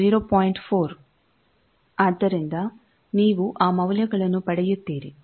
4 ಆದ್ದರಿಂದ ನೀವು ಆ ಮೌಲ್ಯಗಳನ್ನು ಪಡೆಯುತ್ತೀರಿ